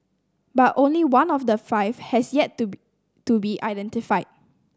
but only one of the five has yet to be to be identified